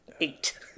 Eight